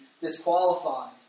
disqualified